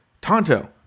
Tonto